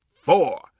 four